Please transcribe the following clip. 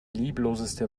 liebloseste